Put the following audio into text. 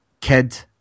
Kid